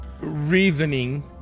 reasoning